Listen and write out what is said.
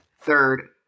third